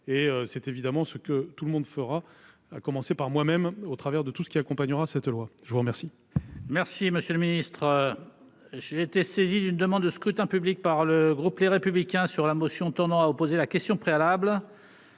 et c'est évidemment ce que tout le monde fera, à commencer par moi-même, au travers de tout ceux qui accompagnera cette loi, je vous remercie.